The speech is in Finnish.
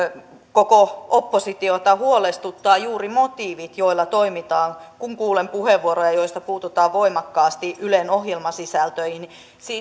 koko oppositiota huolestuttavat juuri motiivit joilla toimitaan kun kuulen puheenvuoroja joissa puututaan voimakkaasti ylen ohjelmasisältöihin